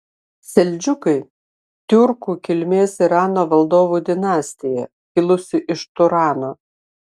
seldžiukai tiurkų kilmės irano valdovų dinastija kilusi iš turano